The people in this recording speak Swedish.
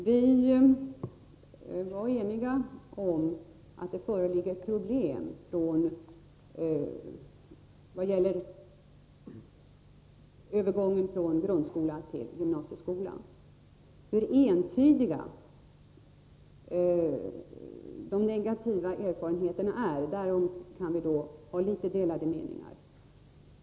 Herr talman! Vi är eniga om att det föreligger ett problem när det gäller övergången från grundskolan till gymnasieskolan. Om hur entydiga de negativa erfarenheterna är kan vi däremot ha litet delade meningar.